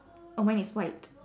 oh mine is white